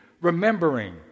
remembering